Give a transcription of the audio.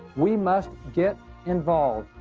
we must get involved!